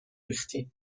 ریختین